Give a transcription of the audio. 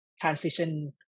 transition